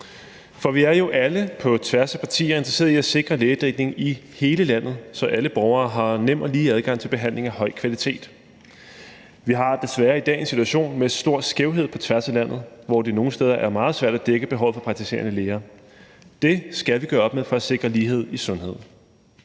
op. Vi er jo alle på tværs af partierne interesseret i at sikre lægedækning i hele landet, så alle borgere har nem og lige adgang til behandling af høj kvalitet. Vi har desværre i dag en situation med stor skævhed på tværs af landet, hvor det nogle steder er meget svært at dække behovet for praktiserende læger. Det skal vi gøre op med for at sikre lighed i sundhed.